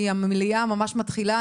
כי המליאה ממש מתחילה.